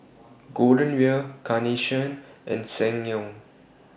Golden Wheel Carnation and Ssangyong